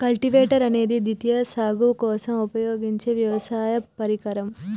cultivator అనేది ద్వితీయ సాగు కోసం ఉపయోగించే వ్యవసాయ పరికరం